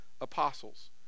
apostles